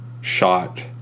shot